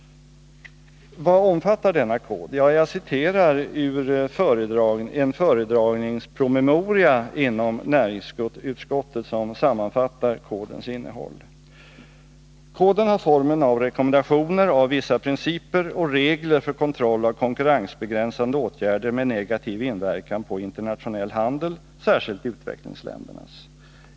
Vad omfattar denna kod? Jag citerar ur en föredragningspromemoria inom näringsutskottet som sammanfattar kodens innehåll: ”Koden har formen av rekommendationer av vissa principer och regler för kontroll av konkurrensbegränsande åtgärder med negativ inverkan på internationell handel, särskilt utvecklingsländernas.